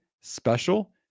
special